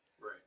Right